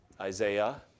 Isaiah